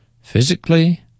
physically